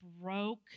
broke